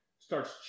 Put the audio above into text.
starts